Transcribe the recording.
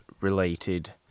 related